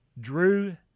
Drew